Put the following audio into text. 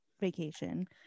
vacation